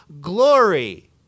glory